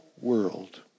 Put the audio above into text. world